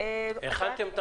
הכנתם את